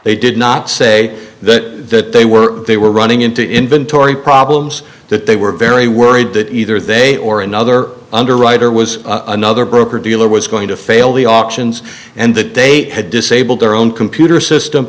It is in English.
they did not say that they were they were running into inventory problems that they were very worried that either they or another underwriter was another broker dealer was going to fail the options and that they had disabled their own computer system